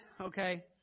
Okay